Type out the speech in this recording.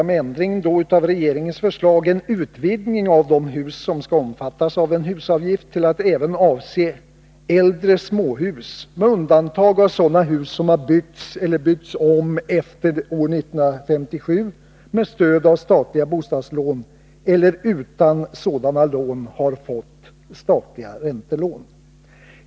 Med ändring av regeringens förslag föreslår vi en utvidgning av de hus som skall omfattas av en husavgift till att avse även äldre småhus med undantag av sådana hus som har byggts eller byggts om efter år 1957 med stöd av statliga bostadslån eller som utan sådana lån har fått statliga räntelån.